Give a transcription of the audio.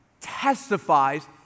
testifies